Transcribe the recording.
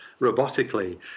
robotically